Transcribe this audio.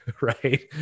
Right